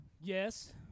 Yes